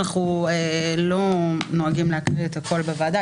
אנחנו לא נוהגים להקריא את הכול בוועדה,